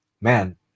man